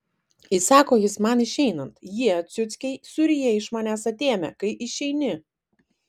įsako jis man išeinant jie ciuckiai suryja iš manęs atėmę kai išeini